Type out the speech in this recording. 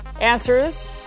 Answers